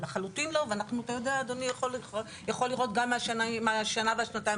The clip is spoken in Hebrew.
לחלוטין לא ואתה יודע אדוני אתה יכול לראות בשנה שנתיים